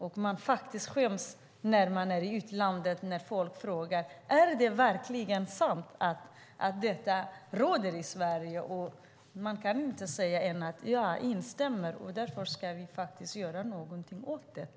Man skäms faktiskt när man är i utlandet och folk frågar: Är det verkligen sant att detta råder i Sverige? Man kan då inte svara annat än ja. Vi måste göra någonting åt det.